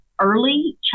early